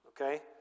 okay